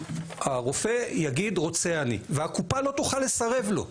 הרופא יגיד רוצה אני והקופה לא תוכל לסרב לו.